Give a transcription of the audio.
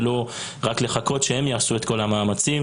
לא לחכות שהם יעשו את כל המאמצים.